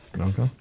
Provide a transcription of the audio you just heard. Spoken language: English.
Okay